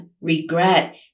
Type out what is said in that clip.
regret